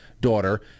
daughter